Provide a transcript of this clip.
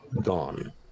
gone